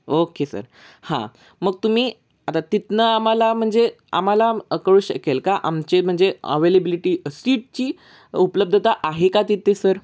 okay sir हां मग तुम्ही आता तिथूनं आम्हाला म्हणजे आम्हाला कळू शकेल का आमचे म्हणजे अवेलेबिलिटी सीटची उपलब्धता आहे का तिथे सर